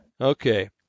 Okay